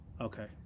Okay